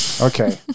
Okay